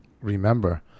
remember